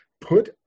Put